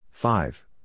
Five